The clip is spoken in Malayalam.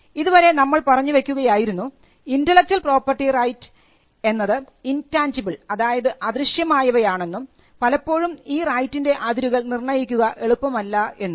ഇതുവരെ നമ്മൾ പറഞ്ഞു വയ്ക്കുകയായിരുന്നു ഇൻൻറലെക്ച്വൽ പ്രോപ്പർട്ടി റൈറ്റ് എന്നത് ഇൻടാഞ്ചിബിൾ അതായത് അദൃശ്യമായവയാണെന്നും പലപ്പോഴും ഈ റൈറ്റിൻറെ അതിരുകൾ നിർണയിക്കുക എളുപ്പമല്ല എന്നും